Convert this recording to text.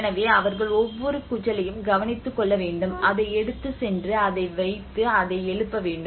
எனவே அவர்கள் ஒவ்வொரு கூச்சலையும் கவனித்துக் கொள்ள வேண்டும் அதை எடுத்துச் சென்று அதை வைத்து அதை எழுப்ப வேண்டும்